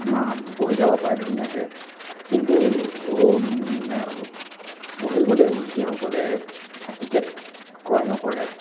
বহি যাব পাৰে ধুনীয়াকৈ কিন্তু বহি গ'লেও যিসকলে টিকেট ক্ৰয় নকৰে